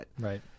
Right